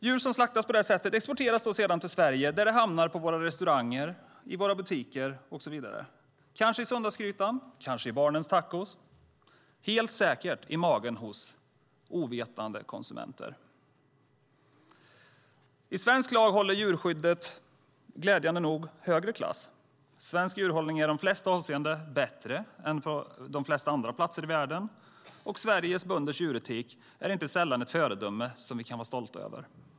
Djur som har slaktats på detta sätt exporteras sedan till Sverige där det hamnar i våra restauranger, butiker och så vidare. Det hamnar kanske i söndagsgrytan, kanske i barnens tacos och helt säkert i magen hos ovetande konsumenter. I svensk lag håller djurskyddet glädjande nog högre klass. Svensk djurhållning är i de flesta avseenden bättre än på många andra platser i världen, och svenska bönders djuretik är inte sällan ett föredöme som vi kan vara stolta över.